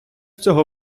цього